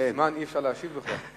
אי-אפשר להשיב בכלל.